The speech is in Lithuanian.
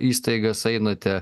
įstaigas einate